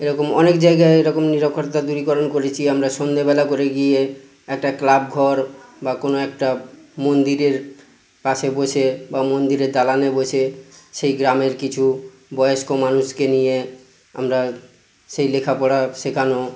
এরকম অনেক জায়গায় এরকম নিরক্ষরতা দূরীকরণ করেছি আমরা সন্ধেবেলা করে গিয়ে একটা ক্লাব ঘর বা কোনও একটা মন্দিরের পাশে বসে বা মন্দিরের দালানে বসে সেই গ্রামের কিছু বয়স্ক মানুষকে নিয়ে আমরা সেই লেখাপড়া শেখানো